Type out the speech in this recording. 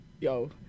Yo